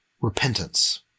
repentance